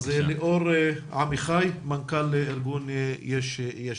ליאור עמיחי, מנכ"ל ארגון "יש דין".